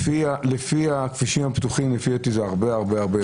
לפי הכבישים הפתוחים ,לפי דעתי זה הרבה-הרבה יותר.